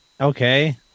okay